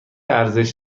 ارزش